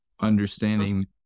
understanding